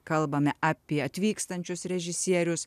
kalbame apie atvykstančius režisierius